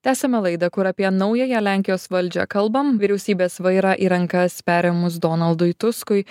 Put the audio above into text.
tęsiame laidą kur apie naująją lenkijos valdžią kalbam vyriausybės vairą į rankas perėmus donaldui tuskui